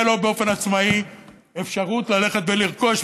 תהיה לו באופן עצמאי אפשרות ללכת ולרכוש,